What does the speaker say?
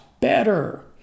better